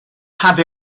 had